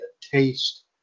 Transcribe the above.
taste